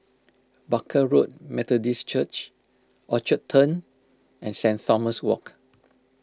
Barker Road Methodist Church Orchard Turn and Saint Thomas Walk